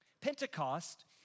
Pentecost